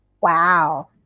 Wow